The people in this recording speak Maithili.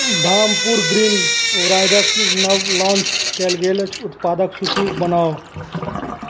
धामपुर ग्रीन ओराइडक नब लाँच कयल गेल अछि उत्पादक सूची बनाउ